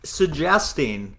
suggesting